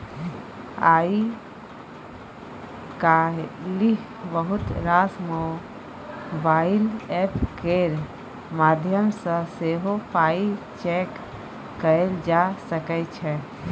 आइ काल्हि बहुत रास मोबाइल एप्प केर माध्यमसँ सेहो पाइ चैक कएल जा सकै छै